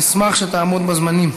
נשמח שתעמוד בזמנים.